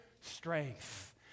strength